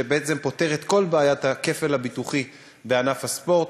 שבעצם פותר את כל בעיית הכפל הביטוחי בענף הספורט.